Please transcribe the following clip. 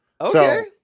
Okay